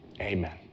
Amen